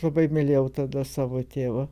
labai mylėjau tada savo tėvą